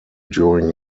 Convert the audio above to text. during